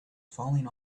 falling